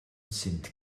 sind